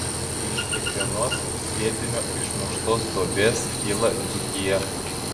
iš kiekvienos sviedinio išmuštos duobės kyla dzūkija